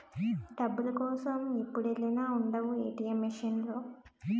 డబ్బుల కోసం ఎప్పుడెల్లినా ఉండవు ఏ.టి.ఎం మిసన్ లో